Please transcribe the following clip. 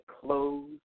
close